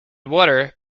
water